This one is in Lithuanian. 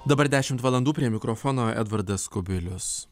dabar dešimt valandų prie mikrofono edvardas kubilius